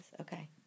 Okay